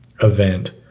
event